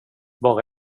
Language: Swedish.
bara